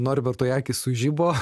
norbertui akys sužibo